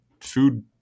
food